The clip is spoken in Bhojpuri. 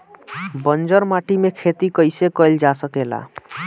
बंजर माटी में खेती कईसे कईल जा सकेला?